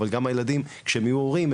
אבל גם הילדים כשהם יהיו הורים,